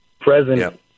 present